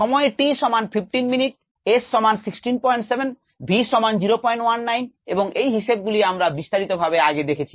সময় t সমান 15 minute s সমান 167 v সমান 019 এবং এই হিসেবগুলি আমরা বিস্তারিতভাবে আগে দেখেছি